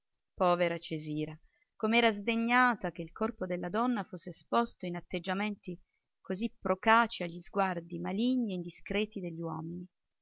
povera cesira com'era sdegnata che il corpo della donna fosse esposto in atteggiamenti così procaci a gli sguardi maligni e indiscreti degli uomini